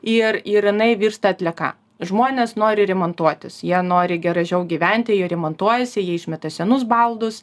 ir ir jinai virsta atlieka žmonės nori remontuotis jie nori gražiau gyventi jie remontuojasi jie išmeta senus baldus